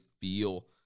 feel